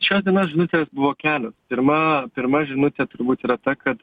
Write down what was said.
šios dienos žinutės buvo kelios pirma pirma žinutė turbūt yra ta kad